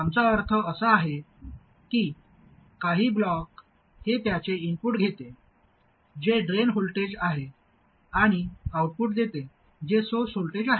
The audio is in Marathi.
आमचा अर्थ असा आहे की काही ब्लॉक हे त्याचे इनपुट घेते जे ड्रेन व्होल्टेज आहे आणि आउटपुट देते जे सोर्स व्होल्टेज आहे